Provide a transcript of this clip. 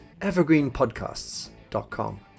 evergreenpodcasts.com